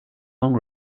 long